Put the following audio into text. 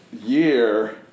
year